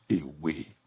away